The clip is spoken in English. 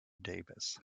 davis